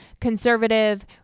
conservative